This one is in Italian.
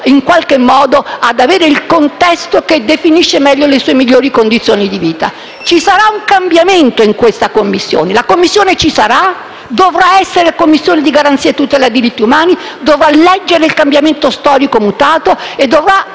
in qualche modo, ad avere il contesto che definisce meglio le sue migliori condizioni di vita. Ci sarà un cambiamento dunque in questa Commissione. La Commissione ci sarà, dovrà essere una commissione di garanzia e tutela dei diritti umani, dovrà leggere il cambiamento storico e i